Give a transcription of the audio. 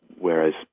whereas